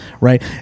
right